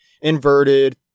inverted